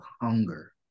hunger